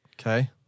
Okay